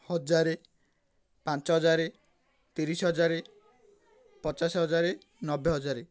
ହଜାର ପାଞ୍ଚ ହଜାର ତିରିଶି ହଜାର ପଚାଶ ହଜାର ନବେ ହଜାର